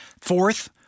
Fourth